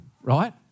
right